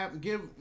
give